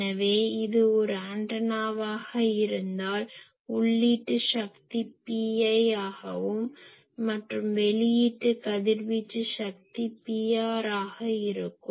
எனவே இது ஒரு ஆண்டனாவாக இருந்தால் உள்ளீட்டு சக்தி Pi ஆகவும் மற்றும் வெளியீட்டு கதிர்வீச்சு சக்தி Pr ஆக இருக்கும்